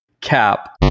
cap